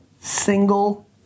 single